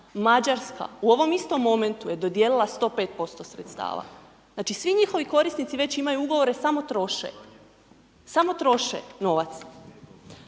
Mađarska u ovom istom momentu je dodijelila 105% sredstava. Znači, svi njihovi korisnici već imaju ugovore, samo troše, samo troše novac.